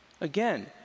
Again